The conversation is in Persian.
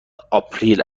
آپریل